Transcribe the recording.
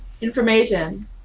Information